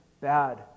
bad